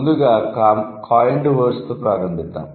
ముందుగా coined words తో ప్రారంభిద్దాం